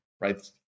Right